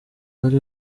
wari